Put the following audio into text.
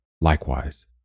likewise